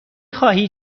خواهی